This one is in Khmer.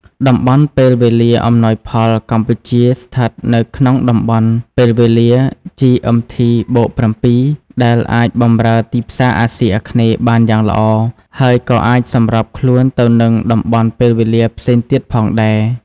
តំបន់ពេលវេលាអំណោយផល កម្ពុជាស្ថិតនៅក្នុងតំបន់ពេលវេលា GMT+7 ដែលអាចបម្រើទីផ្សារអាស៊ីអាគ្នេយ៍បានយ៉ាងល្អ ហើយក៏អាចសម្របខ្លួនទៅនឹងតំបន់ពេលវេលាផ្សេងទៀតផងដែរ។